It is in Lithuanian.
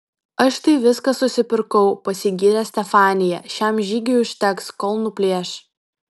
aš tai viską susipirkau pasigyrė stefanija šiam žygiui užteks kol nuplėš